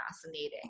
fascinating